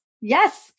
Yes